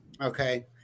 Okay